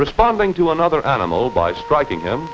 responding to another animal by striking him